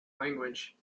language